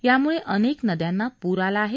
याम्ळे अनेक नद्यांना पूर आला आहे